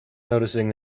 noticing